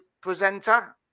presenter